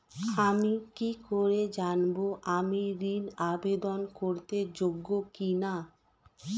আমি কি করে জানব আমি ঋন আবেদন করতে যোগ্য কি না?